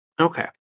Okay